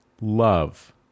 love